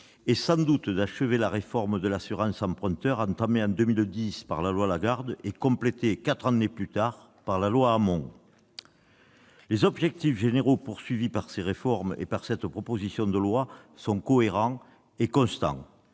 sans doute d'achever la réforme de l'assurance emprunteur entamée en 2010 par la loi Lagarde et complétée, quatre années plus tard, par la loi Hamon. Les ambitions de ces réformes et de cette proposition de loi sont cohérentes et constantes